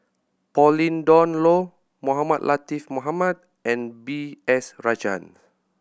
Pauline Dawn Loh Mohamed Latiff Mohamed and B S Rajhans